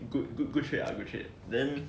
good good good shit lah good shit then